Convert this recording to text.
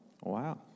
Wow